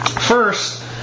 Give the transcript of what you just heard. first